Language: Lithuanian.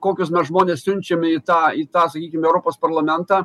kokius mes žmones siunčiame į tą į tą sakykime europos parlamentą